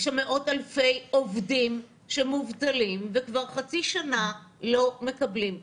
יש שם מאות אלפי עובדים שמובטלים וכבר חצי שנה לא מקבלים משכורת.